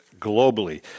globally